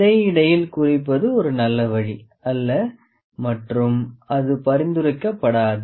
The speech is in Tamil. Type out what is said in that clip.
இடையிடையில் குறிப்பது ஒரு நல்ல வழி அல்ல மற்றும் அது பரிந்துரைக்கப்படாது